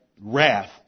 wrath